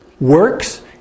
works